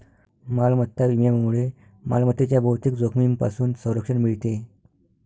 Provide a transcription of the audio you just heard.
मालमत्ता विम्यामुळे मालमत्तेच्या बहुतेक जोखमींपासून संरक्षण मिळते